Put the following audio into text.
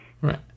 Right